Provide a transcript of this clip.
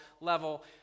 level